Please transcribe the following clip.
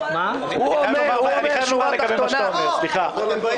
גם גוף ציבורי, עם כל הכבוד.